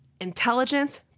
intelligence